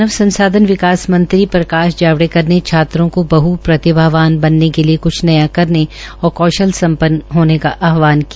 मानव संसाधन विकास मंत्री प्रकाश जावड़ेकर ने छात्रों को बह प्रतिभावान बनने के लिये कुछ नया करने और कौशल सम् न्न होने का आहवान किया